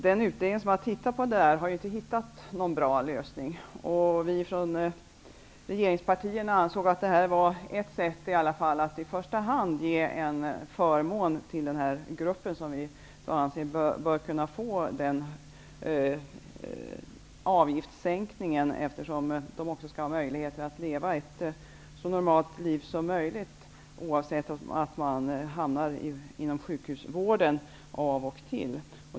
Den utredning som har sett över frågan har inte hittat någon bra lösning, och vi ansåg från regeringspartierna att det här förslaget i alla fall var ett sätt att i första hand ge en förmån till denna grupp. Vi anser att de bör kunna få en avgiftssänkning, eftersom de också skall ha möjligheter att leva ett så normalt liv som möjligt, oavsett att de hamnar inom sjukhusvården av och till.